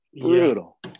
brutal